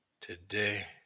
today